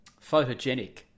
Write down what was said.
photogenic